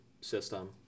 system